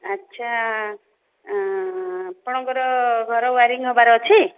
ଆଚ୍ଛା ଆପଣଙ୍କର ଘର ୱାୟରିଙ୍ଗ୍ ହେବାର ଅଛି